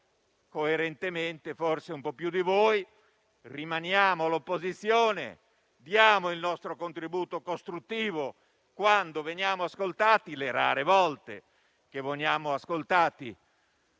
coerentemente di voi, rimaniamo all'opposizione e diamo il nostro contributo costruttivo quando veniamo ascoltati, le rare volte in cui veniamo ascoltati.